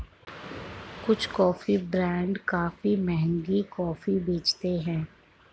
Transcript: कुछ coffee brand काफी महंगी कॉफी बेचते हैं